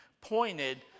pointed